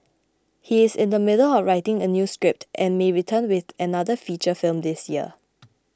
he is in the middle of writing a new script and may return with another feature film this year